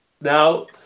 Now